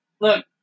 Look